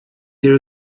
there